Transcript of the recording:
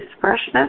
freshness